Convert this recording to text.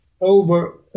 over